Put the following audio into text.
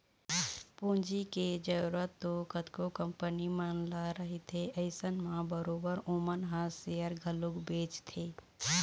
पूंजी के जरुरत तो कतको कंपनी मन ल रहिथे अइसन म बरोबर ओमन ह सेयर घलोक बेंचथे